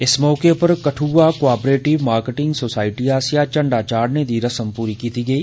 इस मौके उप्पर कठुआ कॉपरेटिव मारकेटिंग सोसाईटी आस्सेआ झंडॉ चाढ़ने दी रस्म पूरी कीती गेई